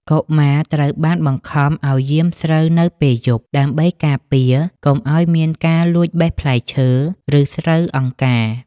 កុមារត្រូវបានបង្ខំឱ្យយាមស្រូវនៅពេលយប់ ដើម្បីការពារកុំឱ្យមានការលួចបេះផ្លែឈើ ឬស្រូវអង្គការ។